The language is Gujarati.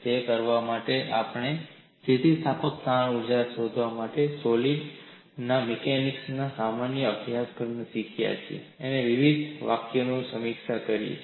તે કરવા માટે આપણે સ્થિતિસ્થાપક તાણ ઊર્જા શોધવા માટે સોલિડ્સ ના મિકેનિક્સ ના સામાન્ય અભ્યાસક્રમમાં શીખ્યા છે તેવા વિવિધ વાકયઓની સમીક્ષા કરી છે